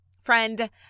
friend